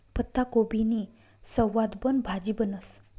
पत्ताकोबीनी सवादबन भाजी बनस